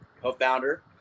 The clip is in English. co-founder